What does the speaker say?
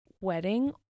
wedding